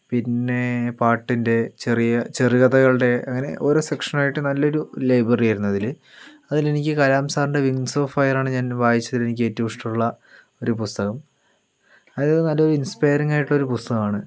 പിന്നെ പാട്ടിൻ്റെ ചെറിയ ചെറു കഥകളുടെ അങ്ങനെ ഓരോ സെക്ഷനായിട്ട് നല്ലൊരു ലൈബ്രറിയായിരുന്നു അതിൽ അതിലെനിക്ക് കാലം സാറിൻ്റെ വിങ്സ് ഓഫ് ഫയർ ആണ് ഞാൻ വായിച്ചതിൽ എനിക്കേറ്റവും ഇഷ്ടമുള്ള ഒരു പുസ്തകം അത് നല്ലൊരു ഇൻസ്പയറിങ് ആയിട്ടൊരു പുസ്തകമാണ്